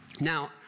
Now